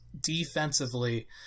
Defensively